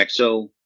XO